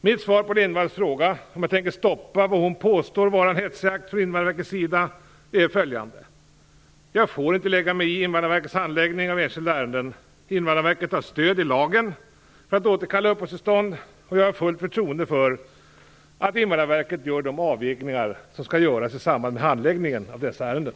Mitt svar på Gudrun Lindvalls fråga, om jag tänker stoppa vad hon påstår vara en hetsjakt från Invandrarverkets sida, är följande: Jag får inte lägga mig i Invandrarverkets handläggning av enskilda ärenden, Invandrarverket har stöd i lagen för att återkalla uppehållstillstånd, och jag har fullt förtroende för att Invandrarverket gör de avvägningar som skall göras i samband med handläggningen av dessa ärenden.